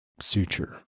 suture